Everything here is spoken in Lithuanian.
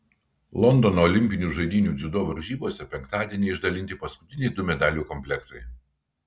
londono olimpinių žaidynių dziudo varžybose penktadienį išdalinti paskutiniai du medalių komplektai